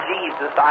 Jesus